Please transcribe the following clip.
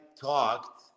talked